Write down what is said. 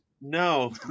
No